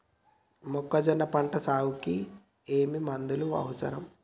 మొక్కజొన్న పంట సాగుకు ఏమేమి మందులు అవసరం?